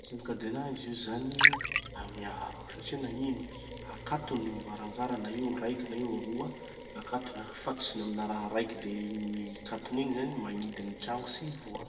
Gny cadenas izy io zany da miaro, satria nagnino? Akatony gny varavara na io raiky na io roa, akatony, afatotsiny amina raha raiky de igny mikatona igny zany magnidy gny trano tsy hivoha.